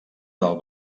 del